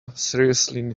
seriously